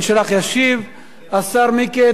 ישיב השר מיקי איתן,